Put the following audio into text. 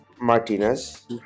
martinez